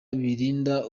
birinda